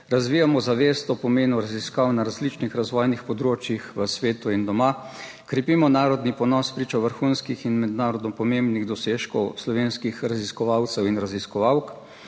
razvijamo zavest o pomenu raziskav na različnih razvojnih področjih v svetu in doma, krepimo narodni ponos spričo vrhunskih in mednarodno pomembnih dosežkov slovenskih raziskovalcev in raziskovalk